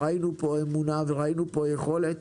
אמונה ויכולת.